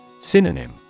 Synonym